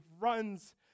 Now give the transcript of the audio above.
runs